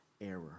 error